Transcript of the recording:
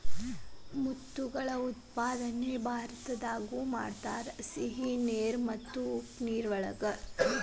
ಮುತ್ತುಗಳ ಉತ್ಪಾದನೆ ಭಾರತದಾಗು ಮಾಡತಾರ, ಸಿಹಿ ನೇರ ಮತ್ತ ಉಪ್ಪ ನೇರ ಒಳಗ ಉತ್ಪಾದನೆ ಮಾಡತಾರ